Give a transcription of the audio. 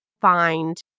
find